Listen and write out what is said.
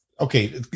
okay